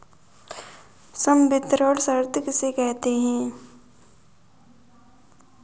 संवितरण शर्त किसे कहते हैं?